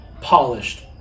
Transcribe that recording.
Polished